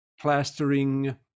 plastering